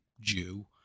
Jew